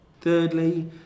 thirdly